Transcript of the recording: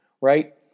Right